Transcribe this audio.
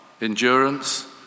endurance